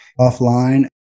offline